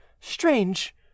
strange